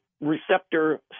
receptor